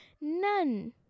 None